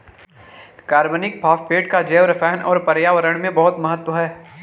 कार्बनिक फास्फेटों का जैवरसायन और पर्यावरण में बहुत महत्व है